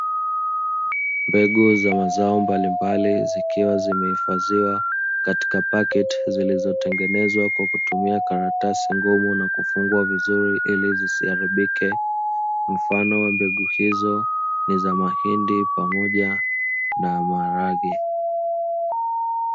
Mbegu za mazao mbalimbali zikiwa zimehifadhiwa katika paketi, zilizotengenezwa kwa kutumia karatasi ngumu na kufungwa vizuri ili zisiharibike, mfano wa mbegu hizo ni za mahindi pamoja na maharage.